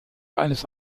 eines